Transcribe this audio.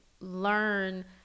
learn